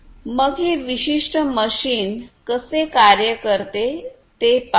तर मग हे विशिष्ट मशीन कसे कार्य करते ते पाहू